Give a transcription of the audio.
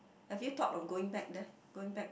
have you thought of going back there going back